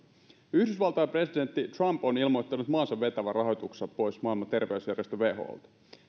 yhdysvaltain presidentti trump on ilmoittanut maansa vetävän rahoituksensa pois maailman terveysjärjestö wholta